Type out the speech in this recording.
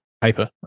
paper